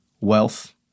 wealth